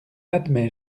admet